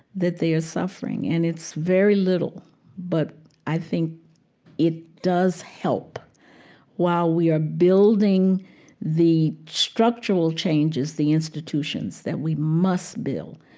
that they are suffering. and it's very little but i think it does help while we are building the structural changes, the institutions, that we must build,